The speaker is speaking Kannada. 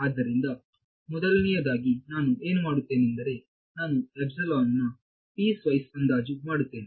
ಆದ್ದರಿಂದ ಮೊದಲನೆಯದಾಗಿ ನಾನು ಏನು ಮಾಡುತ್ತೇನೆಂದರೆ ನಾನು ಎಪ್ಸಿಲಾನ್ನ ಪೀಸ್ ವೈಸ್ ಅಂದಾಜು ಮಾಡುತ್ತೇನೆ